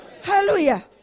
Hallelujah